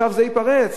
עכשיו זה ייפרץ.